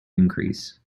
increase